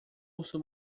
urso